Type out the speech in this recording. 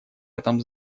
этом